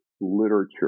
literature